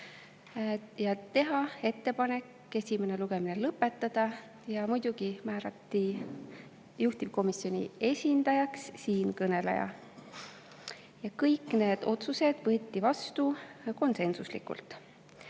täna ja esimene lugemine lõpetada, ning muidugi määrati juhtivkomisjoni esindajaks siinkõneleja. Kõik need otsused võeti vastu konsensuslikult.